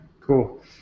cool